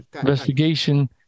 investigation